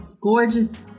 gorgeous